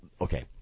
okay